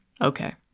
Okay